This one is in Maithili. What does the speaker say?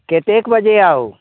कतेक बजे आउ